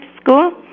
school